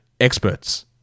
experts